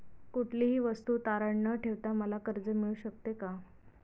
कुठलीही वस्तू तारण न ठेवता मला कर्ज मिळू शकते का?